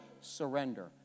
Surrender